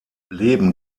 leben